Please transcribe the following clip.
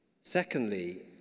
Secondly